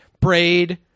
Braid